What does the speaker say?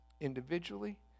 Individually